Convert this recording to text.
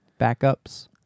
Backups